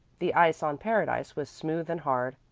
the ice on paradise was smooth and hard,